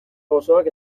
gozoak